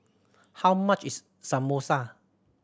how much is Samosa